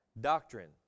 Doctrine